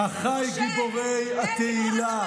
עשרות אלפים, טלי גוטליב, כן, אחיי גיבורי התהילה.